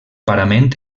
parament